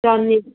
ꯆꯅꯤ